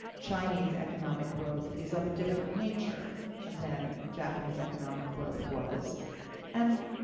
chinese economic growth is of a different nature than japanese economic growth was and,